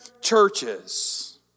churches